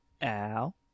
Al